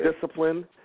discipline